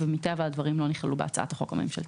ומטבע הדברים לא נכללו בהצעת החוק הממשלתית.